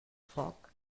foc